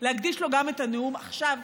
להקדיש לו גם את הנאום עכשיו,